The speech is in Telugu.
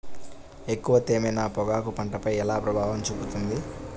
ఎక్కువ తేమ నా పొగాకు పంటపై ఎలా ప్రభావం చూపుతుంది?